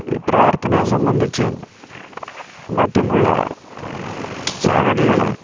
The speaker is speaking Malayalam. ഈ പ്രാര്ത്ഥനയെ സംബന്ധിച്ചും മറ്റുമുള്ള ചാനല്കൾ